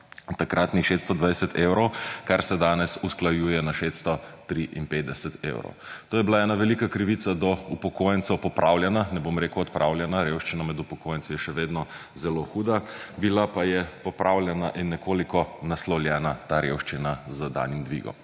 takratnih 620 evrov, kar se danes usklajuje na 653 evrov. To je bila ena velika krivica do upokojencev popravljena, ne bom rekel odpravljena. Revščina med upokojenci je še vedno zelo huda. Bila pa je popravljena in nekoliko naslovljena ta revščina z danim dvigom.